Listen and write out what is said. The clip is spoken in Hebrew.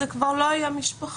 זה כבר לא היה משפחה.